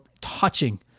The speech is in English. touching